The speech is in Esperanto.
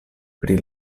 pri